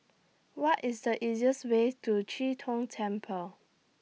What IS The easiest Way to Chee Tong Temple